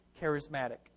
charismatic